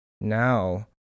now